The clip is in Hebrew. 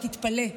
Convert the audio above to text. תתפלא,